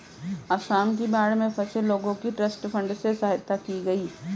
आसाम की बाढ़ में फंसे लोगों की ट्रस्ट फंड से सहायता की गई